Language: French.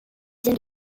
films